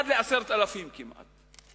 אחד ל-10,000 כמעט.